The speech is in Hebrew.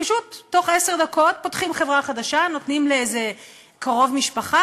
פשוט בתוך עשר דקות פותחים חברה חדשה ונותנים לאיזה קרוב משפחה